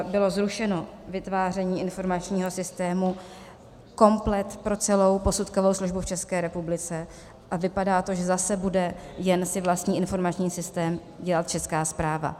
Bylo zrušeno vytváření informačního systému komplet pro celou posudkovou službu v České republice a vypadá to, že zase bude jen si vlastní informační systém dělat Česká správa.